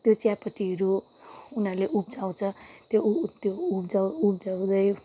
त्यो चियापत्तीहरू उनीहरूले उब्जाउँछ त्यो उब् त्यो उब्जा उब्जाउँदै